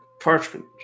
Parchment